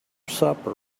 supper